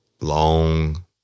long